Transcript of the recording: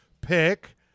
pick